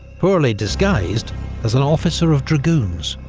poorly disguised as an officer of dragoons.